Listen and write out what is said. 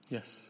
Yes